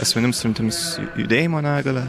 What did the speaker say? asmenims turintiems judėjimo negalią